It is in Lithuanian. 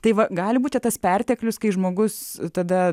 tai va gali būti tas perteklius kai žmogus tada